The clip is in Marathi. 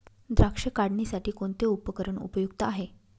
द्राक्ष काढणीसाठी कोणते उपकरण उपयुक्त आहे?